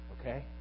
Okay